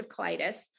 colitis